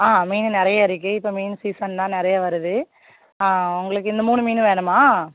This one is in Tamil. ஆ மீன் நிறைய இருக்குது இப்போ மீன் சீசன் தான் நிறைய வருது உங்களுக்கு இந்த மூணு மீன் வேணுமா